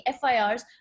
FIRs